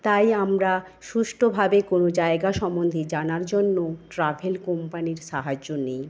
তাই আমরা সুষ্ঠভাবে কোনো জায়গা সম্বন্ধে জানার জন্য ট্রাভেল কোম্পানির সাহায্য নেই